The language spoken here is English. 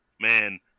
man